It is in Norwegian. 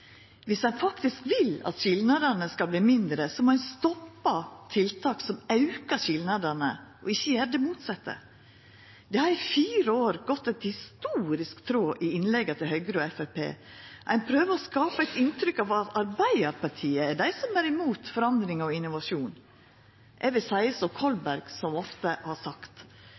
Viss ein vil at skilnadene skal verta mindre, må ein stoppa tiltak som aukar skilnadene, og ikkje gjera det motsette. Det har i fire år gått ein historisk tråd gjennom innlegga frå Høgre og Framstegspartiet: Ein prøver å skapa eit inntrykk av at Arbeidarpartiet er imot forandring og innovasjon. Eg vil seia som Kolberg, som ofte har sagt: